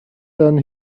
than